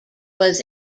was